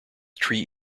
tree